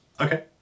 Okay